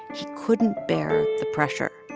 he couldn't bear the pressure.